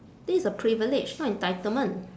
this is a privilege not entitlement